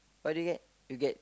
what do you get you get